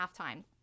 halftime